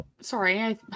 sorry